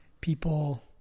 people